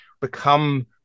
become